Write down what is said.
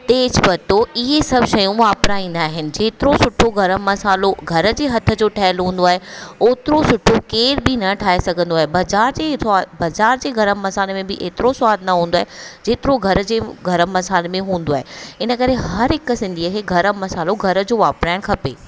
तेज पत्तो इहे सभु शयूं वापिराईंदा आहिनि जेतिरो सुठो गरम मसाल्हो घर जे हथ जो ठहियलु हूंदो आहे होतिरो सुठो केर बि न ठाहे सघंदो आहे बाज़ारि जे गरम मसाल्हे में बि हेतिरो सवादु न हूंदो आहे जेतिरो घर जे गरम मसाल्हे में हूंदो आहे हिन करे हर हिक सिंधीअ खे गरम मसाल्हो घर जो वापिराइणु खपे